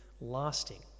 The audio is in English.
lasting